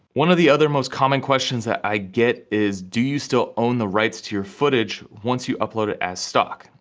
one of the other most common questions that i get is, do you still own the rights to your footage, once you upload it as stock?